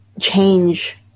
change